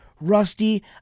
Rusty